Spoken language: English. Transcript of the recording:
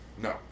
No